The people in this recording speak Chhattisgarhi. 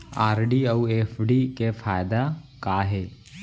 आर.डी अऊ एफ.डी के फायेदा का हे?